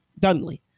Dunley